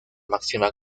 máxima